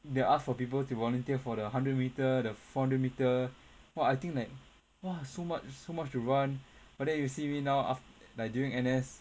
they ask for people to volunteer for the hundred metre the four hundred metre !wah! I think like !wah! so much so much to run but then you see me now like during N_S